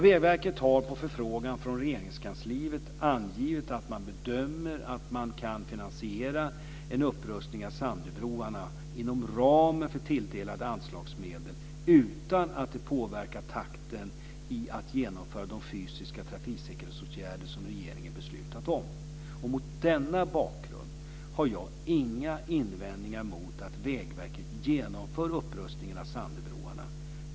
Vägverket har, på förfrågan från Regeringskansliet, angivit att man bedömer att man kan finansiera en upprustning av Sandöbroarna inom ramen för tilldelade anslagsmedel, utan att det påverkar takten i genomförandet av de fysiska trafiksäkerhetsåtgärder som regeringen beslutat om. Mot denna bakgrund har jag inga invändningar mot att Vägverket genomför upprustningen av Sandöbroarna.